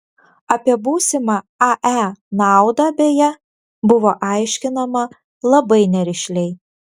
apie būsimą ae naudą beje buvo aiškinama labai nerišliai